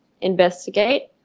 investigate